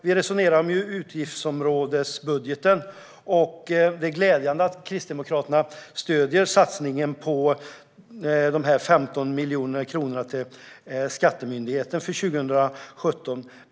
Vi resonerar om utgiftsområdesbudgeten. Det är glädjande att Kristdemokraterna stöder satsningen på 15 miljoner kronor till Skattemyndigheten för 2017.